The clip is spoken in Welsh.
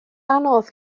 anodd